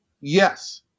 Yes